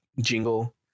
jingle